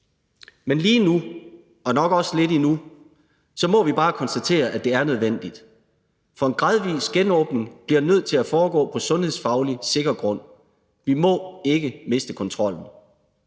Men lige nu og nok også lidt endnu må vi bare konstatere, at det er nødvendigt, for en gradvis genåbning bliver nødt til at foregå på sundhedsfagligt sikker grund – vi må ikke miste kontrollen.